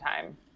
time